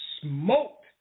smoked